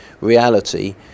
reality